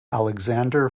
alexander